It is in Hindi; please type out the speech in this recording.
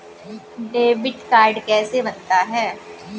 डेबिट कार्ड कैसे बनता है?